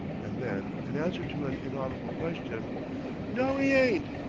and then, in answer to an inaudible question no, e ain't.